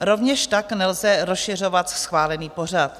Rovněž tak nelze rozšiřovat schválený pořad.